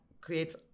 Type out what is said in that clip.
creates